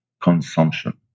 consumption